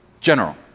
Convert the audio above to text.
General